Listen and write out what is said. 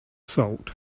salt